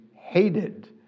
hated